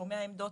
שומע עמדות,